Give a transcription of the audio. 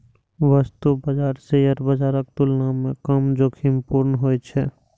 वस्तु बाजार शेयर बाजारक तुलना मे कम जोखिमपूर्ण होइ छै